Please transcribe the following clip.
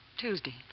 Tuesday